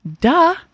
Duh